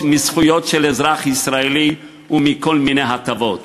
מזכויות של אזרח ישראלי ומכל מיני הטבות?